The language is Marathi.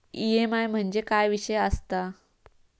ई.एम.आय म्हणजे काय विषय आसता?